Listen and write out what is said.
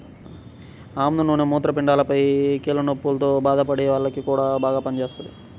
ఆముదం నూనె మూత్రపిండాలపైన, కీళ్ల నొప్పుల్తో బాధపడే వాల్లకి గూడా బాగా పనిజేత్తది